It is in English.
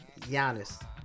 Giannis